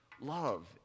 Love